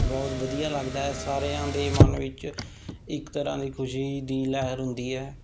ਬਹੁਤ ਵਧੀਆ ਲੱਗਦਾ ਹੈ ਸਾਰਿਆਂ ਦੇ ਮਨ ਵਿੱਚ ਇੱਕ ਤਰ੍ਹਾਂ ਦੀ ਖੁਸ਼ੀ ਦੀ ਲਹਿਰ ਹੁੰਦੀ ਹੈ